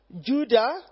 Judah